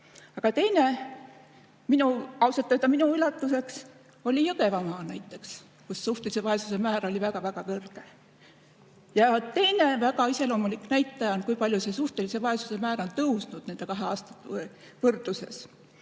Aga teine, ausalt öelda minu üllatuseks, oli Jõgevamaa, kus suhtelise vaesuse määr oli väga-väga kõrge. Ja teine väga iseloomulik näitaja on see, kui palju on suhtelise vaesuse määr tõusnud nende kahe aasta võrdluses.